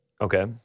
Okay